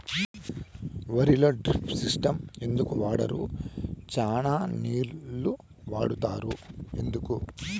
వరిలో drip system ఎందుకు వాడరు? చానా నీళ్లు వాడుతారు ఎందుకు?